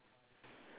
ya